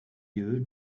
you